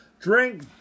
Drink